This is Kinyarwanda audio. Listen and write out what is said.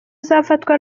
uzafatwa